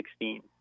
2016